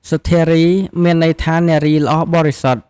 សុធារី មានន័យថានារីល្អបរិសុទ្ធ។